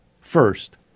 First